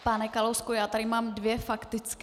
Pane Kalousku, já tady mám dvě faktické.